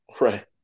Right